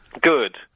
good